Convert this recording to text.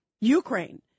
Ukraine